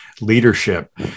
leadership